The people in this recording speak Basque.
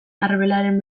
arbelaren